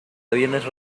aviones